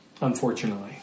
unfortunately